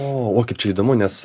o o kaip čia įdomu nes